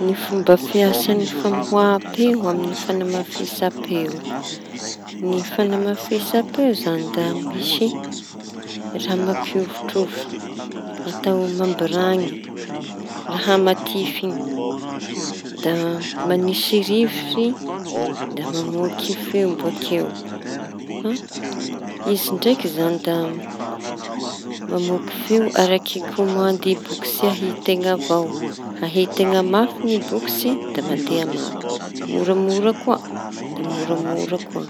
Ny fomba fiasañy famoham-peo amiñy fañamafisam-peo. Ny fañamafisam-peo zañy da misy raha mampimiovitrovitry atao mabrany raha matify iñy da mañisy rivotsy da mamoaky feo bakeo. Fa izy ndraiky zañy da mamoaky feo araky komandy bokotsa ahin-teña avao. Ahianteña mafy ny bokotsy da mandea mafy moramora koa da moramora koa.